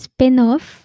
Spin-off